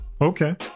okay